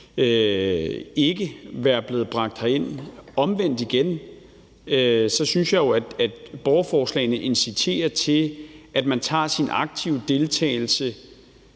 ville være blevet bragt herind. På den anden side synes jeg jo, at borgerforslagene inciterer til, at man tager sin aktive deltagelse